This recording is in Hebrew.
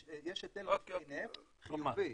יש היטל רווחי נפט חיובי.